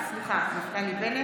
(קוראת בשמות חברי הכנסת)